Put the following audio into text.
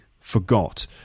forgot